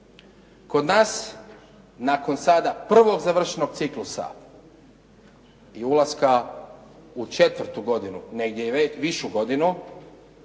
kod nas nakon sada prvog završenog ciklusa i ulaska u četvrtu godinu, negdje i višu godinu